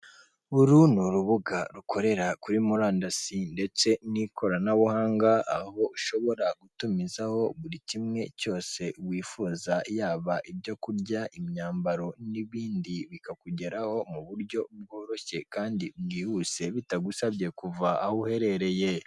Uru ni urubuga rukorera kuri murandasi ndetse n'ikoranabuhanga, aho ushobora gutumizaho buri kimwe cyose wifuza yaba ibyo kurya imyambaro n'ibindi bikakugeraho mu buryo bworoshye kandi bwihuse bitagusabye kuva aho uherereye.